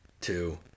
two